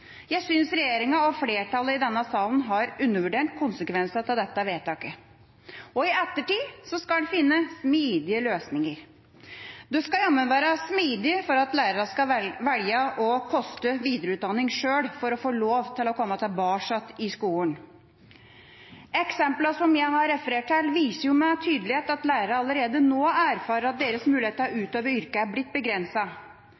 Jeg synes regjeringa og flertallet i denne salen har undervurdert konsekvensene av dette vedtaket. Og i ettertid skal en finne smidige løsninger. Du skal jammen være smidig for at lærerne skal velge å koste videreutdanning sjøl for å få lov til å komme tilbake igjen i skolen. Eksemplene som jeg har referert til, viser med tydelighet at lærere allerede nå erfarer at deres muligheter til å utøve yrket er blitt